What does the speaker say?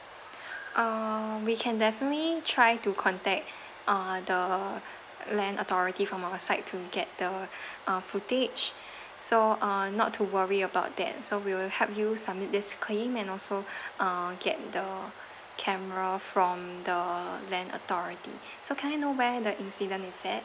uh we can definitely try to contact uh the land authority from our side to get the uh footage so uh not to worry about that so we'll help you submit this claim and also uh get the camera from the land authority so can I know where the incident is at